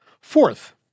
Fourth